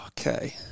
Okay